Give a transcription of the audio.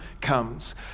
comes